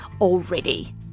already